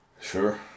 Sure